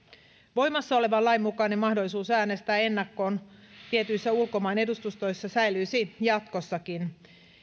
voimassa olevan lain mukainen mahdollisuus äänestää ennakkoon tietyissä ulkomaanedustustoissa säilyisi jatkossakin